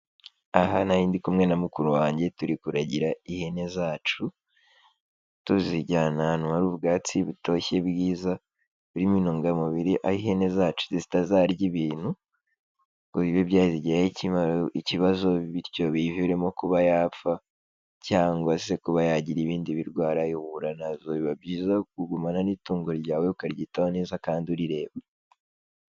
Aha nari ndi kumwe na mukuru wange turikuragira ihene zacu tuzijyana ahantu hari ubwatsi butoshye bwiza burimo intungamubiri. Aho ihene zacu zitazarya ibintu ngo bibe byazigiraho ikibazo bityo biyiviremo kuba yapfa, cyangwa se kuba yagira ibindi birwara ihura na zo. Biba byiza kugumana n'itungo ryawe ukaryitaho neza kandi urireba.